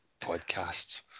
Podcasts